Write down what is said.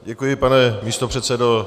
Děkuji, pane místopředsedo.